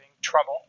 trouble